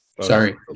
sorry